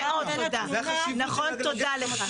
תודה לך.